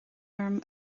orm